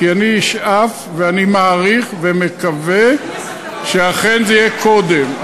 כי אני אשאף ואני מעריך ואני מקווה שאכן זה יהיה קודם.